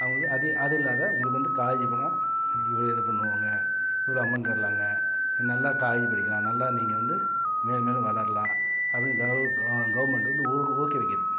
அவங்க வந்து அதே அதில்லாத அவங்களுக்கு வந்து காலேஜுக்கு போனால் இவ்வளோ இது பண்ணுவாங்க இவ்வளோ அமௌண்ட் தரலாங்க நல்லா காலேஜ் படிக்கலாம் நல்லா நீங்கள் வந்து மேலும்மேலும் வளரலாம் அப்படின்னு கவர் கவர்மெண்ட்டு வந்து ஊக் ஊக்குவிக்கிறது